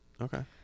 okay